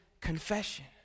confession